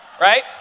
right